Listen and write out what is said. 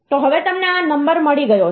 તો હવે તમને આ નંબર મળી ગયો છે